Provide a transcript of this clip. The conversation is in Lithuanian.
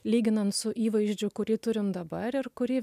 lyginant su įvaizdžiu kurį turim dabar ir kurį